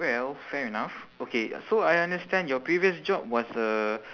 well fair enough okay so I understand your previous job was a